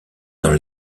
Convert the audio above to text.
dans